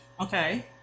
okay